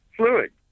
fluid